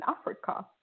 Africa